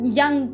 young